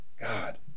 God